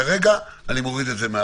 כרגע אני מוריד את זה.